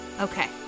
Okay